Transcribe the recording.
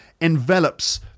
envelops